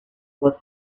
was